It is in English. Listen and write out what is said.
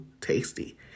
tasty